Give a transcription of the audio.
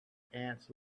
ants